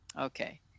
okay